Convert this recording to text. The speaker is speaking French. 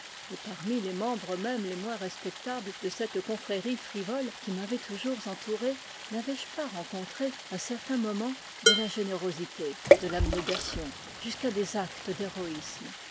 et parmi les membres même les moins respectables de cette confrérie frivole qui m'avait toujours entouré n'avais-je pas rencontré à certains momens de la générosité de l'abnégation jusqu'à des actes d'héroïsme